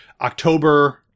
October